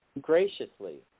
graciously